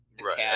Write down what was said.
Right